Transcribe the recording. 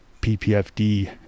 PPFD